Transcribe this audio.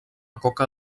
coca